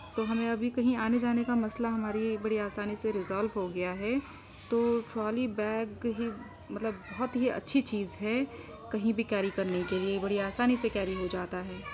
تو ہمیں ابھی کہیں آنے جانے کا مسٔلہ ہمارے بڑی آسانی سے ریزالو ہو گیا ہے تو ٹرالی بیگ ہی مطلب بہت ہی اچھی چیز ہے کہیں بھی کیری کرنے کے لیے بڑی آسانی سے کیری ہو جاتا ہے